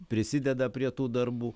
prisideda prie tų darbų